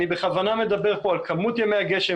אני בכוונה מדבר פה על כמות ימי הגשם